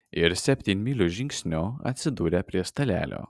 ir septynmyliu žingsniu atsidūrė prie stalelio